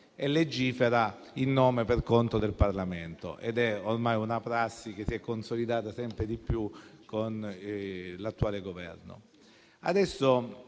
e legifera in nome per conto del Parlamento. Ormai è una prassi, che si è consolidata sempre di più con l'attuale Governo.